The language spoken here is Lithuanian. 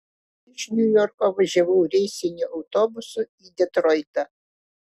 iš niujorko važiavau reisiniu autobusu į detroitą